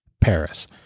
Paris